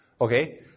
Okay